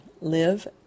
live